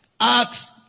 Acts